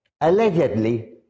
allegedly